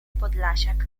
podlasiak